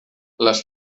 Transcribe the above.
les